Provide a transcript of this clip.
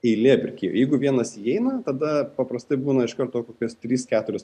eilė pirkėjų jeigu vienas įeina tada paprastai būna iš karto kokios trys keturios